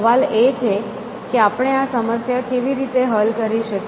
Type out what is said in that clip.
સવાલ એ છે કે આપણે આ સમસ્યા કેવી રીતે હલ કરી શકીએ